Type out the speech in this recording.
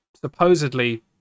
supposedly